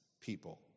people